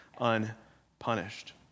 unpunished